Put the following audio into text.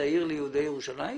ירושלים